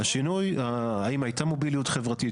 האם הייתה מוביליות חברתית?